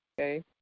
Okay